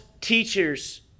teachers